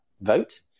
vote